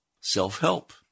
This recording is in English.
self-help